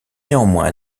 néanmoins